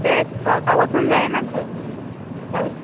तेंच चलपाक पासून जायना थंय थंय